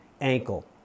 ankle